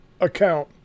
account